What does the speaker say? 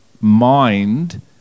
mind